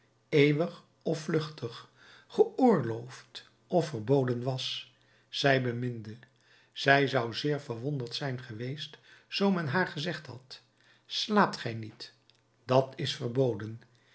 eeuwig of vluchtig geoorloofd of verboden was zij beminde zij zou zeer verwonderd zijn geweest zoo men haar gezegd had slaapt gij niet dat is verboden